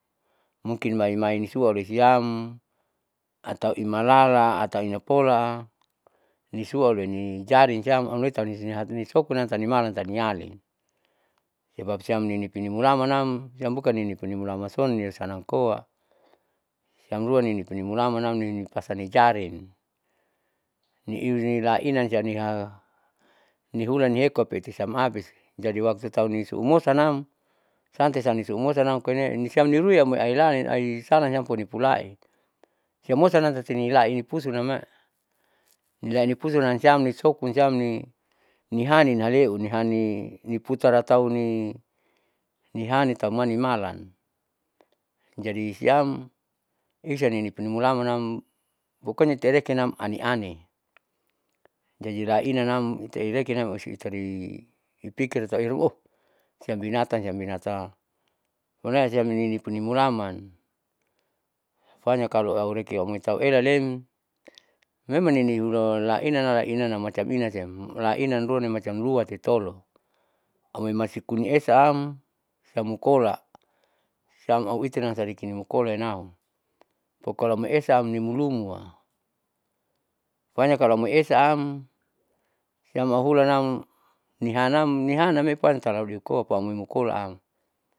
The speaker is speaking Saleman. Mukin maimai nisua roisiam atau imalalan atau inapola nisua loini jarin siam aunenianisokun taunimalan tahuniali sebab siam ninipi mulamanam siam bukan ninipi mulaman son loisanam koa siam ruan ninipimulamanam luinipasan nijarin, niniui lainansania nihulan niekua siam abis jadi waktu tahu nisuu mosanam sante sanim nimosanam koinee nisam rinui tamne ailalin nisalasinam nipulaisiam mosanam tatinilai pusuname nilai nipususiam nisokun siam nihanin haleu, nihani niputaratau ini niani tauma nimalan jadi siam esani nipimulamanam pokonya tirekinam aniani, jadi lainanam mutairekinam musari pikir itailuma siam binatan siam binatanam solei siam ninipi mulaman panya kalo aureki amoitauelale memang ninihula lainanam lainanam macam inasiam lainan ruan nimacam ruan tetolu, amoi masikunin esaam itamukola siam auitanam siareki mukolaianam, pokalomaesaam nuinilumua panya kalomuesaam siam auhulanam nihaam nihaam mee paling tauliukoa poaunimukolaam.